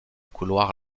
couloir